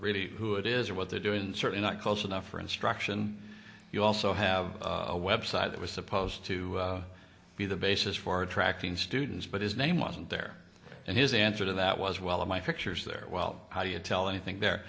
really who it is or what they're doing and certainly not close enough for instruction you also have a website that was supposed to be the basis for attracting students but his name wasn't there and his answer to that was well in my fixtures there well how do you tell anything there